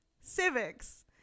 Civics